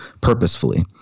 purposefully